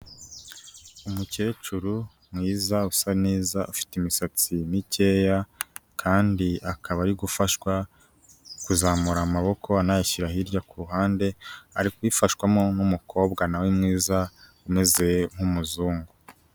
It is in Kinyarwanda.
Umukecuru mwiza usa neza, afite imisatsi mikeya kandi akaba ari gufashwa kuzamura amaboko anayishyira hirya ku ruhande, ari kubifashwamo n'umukobwa na we mwiza umeze nk'umuzungu.